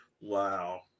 Wow